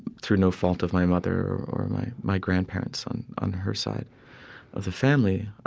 through no fault of my mother or my my grandparents on on her side of the family.